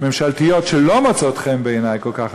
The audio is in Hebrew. או ועדת כלכלה